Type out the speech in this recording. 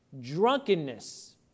drunkenness